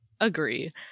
agree